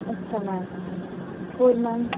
ਅੱਛਾ ਮੈਮ ਹੋਰ ਮੈਮ